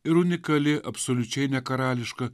ir unikali absoliučiai nekarališka